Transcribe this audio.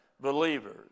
believers